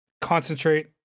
concentrate